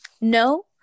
no